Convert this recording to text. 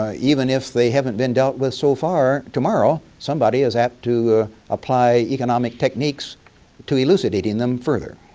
ah even if they haven't been dealt with so far, tomorrow somebody is apt to apply economic techniques to elucidating them further.